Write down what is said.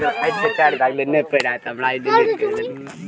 त्वरित भुगतान सेवाक माध्यम सं अधिकतम दू लाख रुपैया भेजल जा सकैए